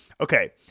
okay